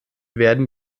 werden